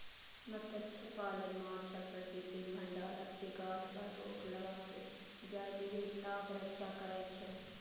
मत्स्यपालन माछक प्राकृतिक भंडारक शिकार पर रोक लगाके जैव विविधताक रक्षा करै छै